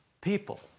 people